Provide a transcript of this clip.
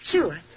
Sure